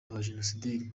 abajenosideri